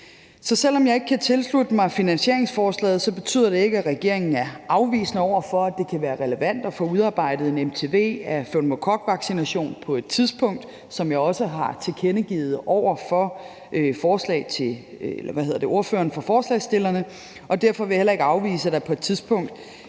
Så selv om jeg ikke kan tilslutte mig finansieringsforslaget, betyder det ikke, at regeringen er afvisende over for, at det kan være relevant at få udarbejdet en MTV af pneumokokvaccination på et tidspunkt, hvilket jeg også har tilkendegivet over for ordføreren for forslagsstillerne, og derfor vil jeg heller ikke afvise, at der på et tidspunkt